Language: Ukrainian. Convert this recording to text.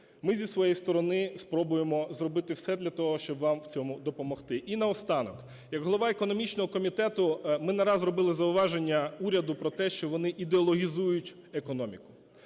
Ми зі своєї сторони спробуємо зробити все для того, щоб вам в цьому допомогти. І наостанок. Як голова економічного комітету, ми не раз робили зауваження уряду про те, що вони ідеологізують економіку.